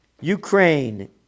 Ukraine